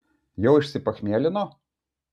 jau išsipachmielino